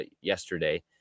yesterday